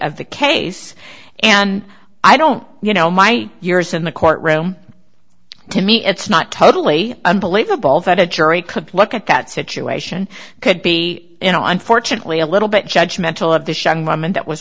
of the case and i don't you know my years in the courtroom to me it's not totally unbelievable that a jury could look at that situation could be you know unfortunately a little bit judge mental of th